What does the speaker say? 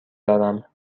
دارم